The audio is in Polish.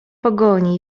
pogoni